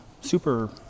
super